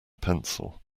pencil